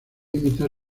imitar